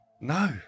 No